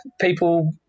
people